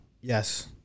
Yes